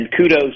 kudos